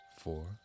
four